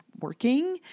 working